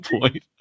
point